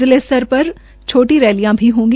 जिले स्तर पर छोटी रैलियां भी होंगी